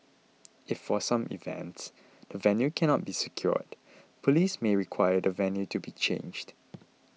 if for some events the venue cannot be secured police may require the venue to be changed